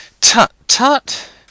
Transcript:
Tut-tut